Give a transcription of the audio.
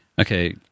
Okay